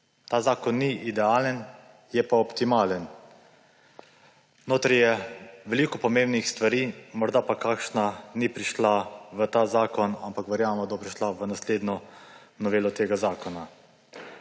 Ta zakon ni idealen, je pa optimalen. Notri je veliko pomembnih stvari, morda pa kakšna ni prišla v ta zakon, ampak verjamemo, da bo prišla v naslednjo novelo tega zakona.